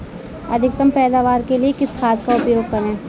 अधिकतम पैदावार के लिए किस खाद का उपयोग करें?